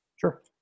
Sure